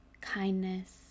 kindness